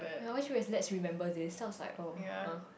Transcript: I always feel it's let's remember this then I was like oh !huh!